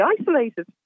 isolated